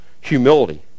humility